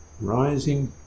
Rising